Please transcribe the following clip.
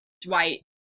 Dwight